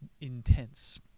intense